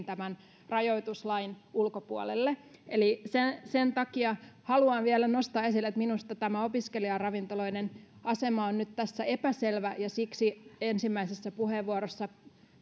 tämän rajoituslain ulkopuolelle eli sen takia haluan vielä nostaa esille että minusta tämä opiskelijaravintoloiden asema on nyt tässä epäselvä ja siksi ensimmäisessä puheenvuorossa